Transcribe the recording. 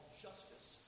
justice